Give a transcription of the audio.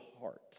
heart